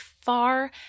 far